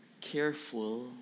careful